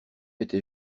était